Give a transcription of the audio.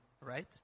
right